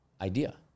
idea